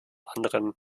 anderen